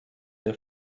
der